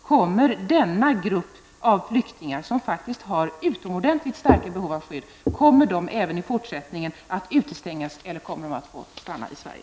Kommer denna grupp av flyktingar, som faktiskt har utomordentligt starkt behov av skydd, även i fortsättningen att utestängas, eller kommer dessa flyktingar att få stanna i Sverige?